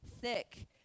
thick